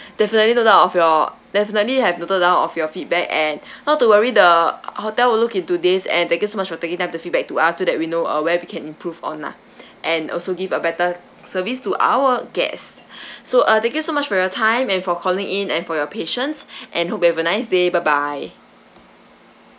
definitely noted of your definitely have noted down of your feedback and not to worry the hotel will look into this and thank you so much for taking time to feedback to us so that we know uh where we can improve on lah and also give a better service to our guest so uh thank you so much for your time and for calling in and for your patience and hope you have a nice day bye bye